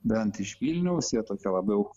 bent iš vilniaus jie toki labiau